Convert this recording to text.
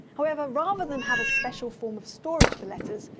however, rather than have a special form of storage for letters,